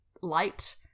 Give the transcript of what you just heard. light